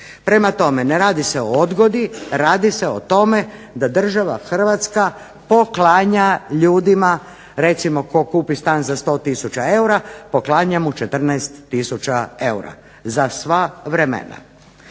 Prema tome ne radi se o odgodi, radi se o tome da država Hrvatska poklanja ljudima, recimo tko kupi stan za 100000 eura poklanja mu 14000 eura za sva vremena.